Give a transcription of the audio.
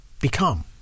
become